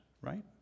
right